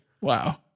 Wow